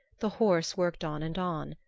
the horse worked on and on,